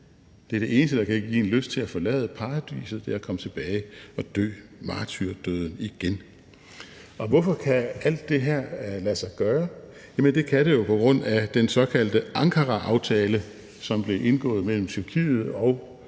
det eneste, der kan give en lyst til at forlade Paradis, nemlig at komme tilbage og dø martyrdøden igen. Hvorfor kan alt det her lade sig gøre? Det kan det jo på grund af den såkaldte Ankaraaftale, som blev indgået mellem Tyrkiet og